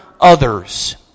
others